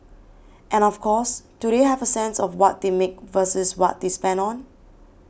and of course do they have a sense of what they make versus what they spend on